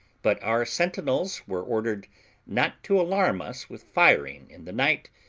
but our sentinels were ordered not to alarm us with firing in the night,